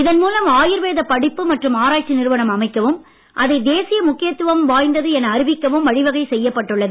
இதன் மூலம் ஆயுர்வேத படிப்பு மற்றும் ஆராய்ச்சி நிறுவனம் அமைக்கவும் அதை தேசிய முக்கியத்துவம் வாய்ந்தது என அறிவிக்கவும் வழிவகை செய்யப்பட்டுள்ளது